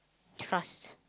fast